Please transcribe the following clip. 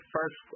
First